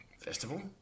festival